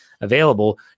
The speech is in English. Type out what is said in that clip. available